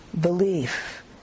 belief